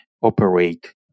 operate